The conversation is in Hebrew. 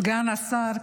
סגן השר,